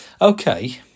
Okay